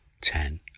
ten